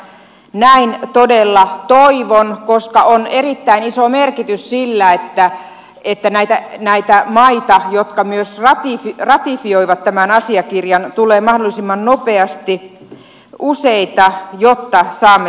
näin todella toivon koska on erittäin iso merkitys sillä että näitä maita jotka myös ratifioivat tämän asiakirjan tulee mahdollisimman nopeasti useita jo tähtäämme